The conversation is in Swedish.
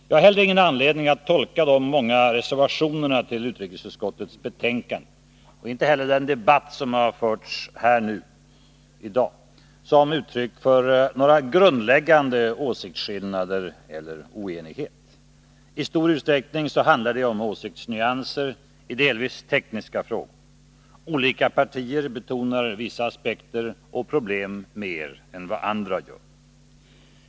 Jag har inte heller anledning tolka de många reservationerna till utrikesutskottets betänkande eller den debatt som har förts här i dag som ett uttryck för grundläggande åsiktsskillnader eller oenighet. I stor utsträckning handlar det om åsiktsnyanser i delvis tekniska frågor. Olika partier betonar vissa aspekter och problem mer än vad andra gör.